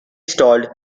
stalled